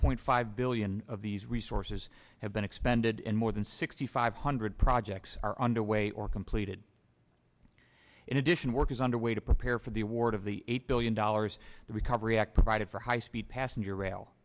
point five billion of these resources have been expended in more than sixty five hundred projects are underway or completed in addition work is underway to prepare for the award of the eight billion dollars the recovery act provided for high speed passenger rail